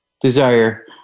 desire